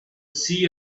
see